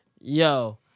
Yo